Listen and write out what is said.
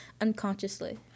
unconsciously